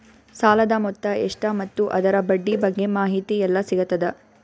ಸಾಲದ ಮೊತ್ತ ಎಷ್ಟ ಮತ್ತು ಅದರ ಬಡ್ಡಿ ಬಗ್ಗೆ ಮಾಹಿತಿ ಎಲ್ಲ ಸಿಗತದ?